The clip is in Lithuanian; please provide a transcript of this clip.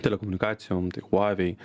telekomunikacijom tai huawei